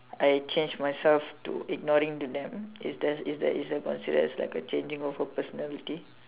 I changed myself to ignoring to them if that's if that is considered as a changing of a personality